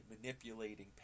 manipulating